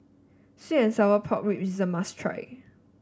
sweet and Sour Pork rib is a must try